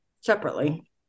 separately